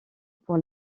pour